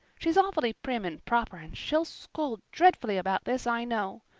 she's awfully prim and proper and she'll scold dreadfully about this, i know.